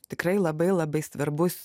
tikrai labai labai svarbus